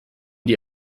die